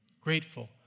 grateful